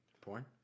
Porn